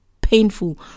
painful